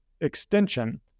extension